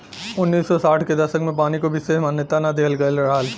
उन्नीस सौ साठ के दसक में पानी को विसेस मान्यता ना दिहल गयल रहल